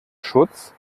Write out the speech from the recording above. schutz